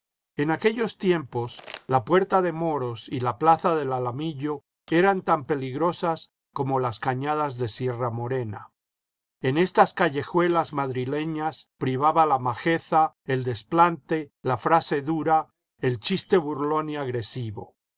en aquellos tiempos la puerta de moros y la plaza del alamillo eran tan peligrosas como las cañadas de sierra morena en estas callejuelas madrileñas privaba la majeza el desplante la frase dura el chiste burlón y agresivo